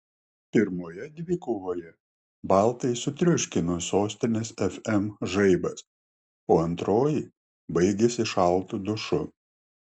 pirmoje dvikovoje baltai sutriuškino sostinės fm žaibas o antroji baigėsi šaltu dušu